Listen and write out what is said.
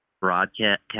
broadcast